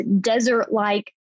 desert-like